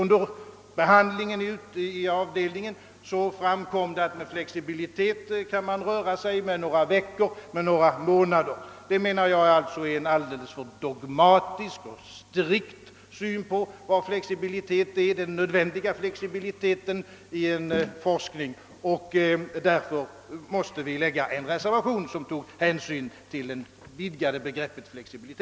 Vid behandlingen i avdelningen framhölls, att flexibilitet kan avse några veckor eller några månader, men enligt min mening är detta en alldeles för dogmatisk och strikt syn på begreppet flexibilitet vid forskning. Därför har vi också måst skriva en reservation som tar hänsyn till det vidgade begreppet.